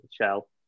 shell